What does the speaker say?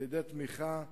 על-ידי תמיכה במזון.